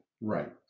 Right